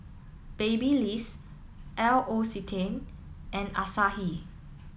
Babyliss L'Occitane and Asahi